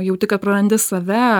jauti kad prarandi save